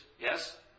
yes